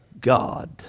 God